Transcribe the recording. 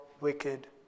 wicked